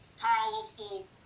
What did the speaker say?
powerful